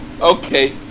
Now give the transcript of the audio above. okay